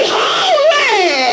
holy